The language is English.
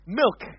milk